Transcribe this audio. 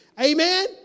Amen